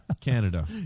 Canada